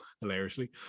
hilariously